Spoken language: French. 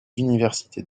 universités